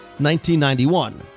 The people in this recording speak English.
1991